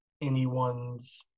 anyone's